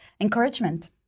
encouragement